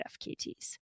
FKTs